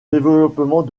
développement